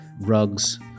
rugs